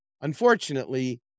Unfortunately